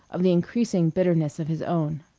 of the increasing bitterness of his own.